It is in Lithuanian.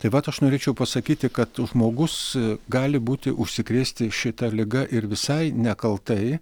taip pat aš norėčiau pasakyti kad žmogus gali būti užsikrėsti šita liga ir visai nekaltai